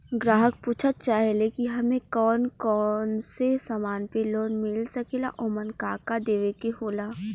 ग्राहक पुछत चाहे ले की हमे कौन कोन से समान पे लोन मील सकेला ओमन का का देवे के होला?